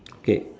okay